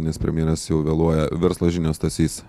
nes premjeras jau vėluoja verslo žinios stasys